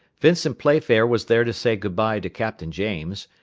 vincent playfair was there to say good-bye to captain james,